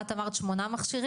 את אמרת 8 מכשירים.